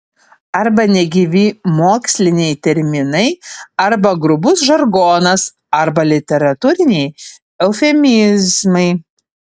arba negyvi moksliniai terminai arba grubus žargonas arba literatūriniai eufemizmai